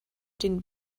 den